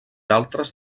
altres